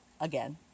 Again